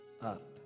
up